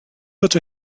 ddod